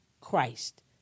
Christ